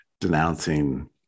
denouncing